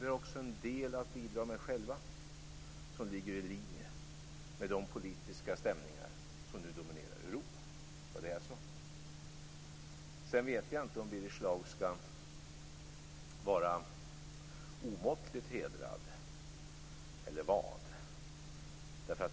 Men vi har en del att bidra med själva som ligger i linje med de politiska stämningar som dominerar i Europa. Jag vet inte om Birger Schlaug skall vara omåttligt hedrad eller vad.